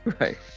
Right